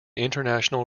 international